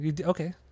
Okay